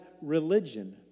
religion